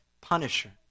punisher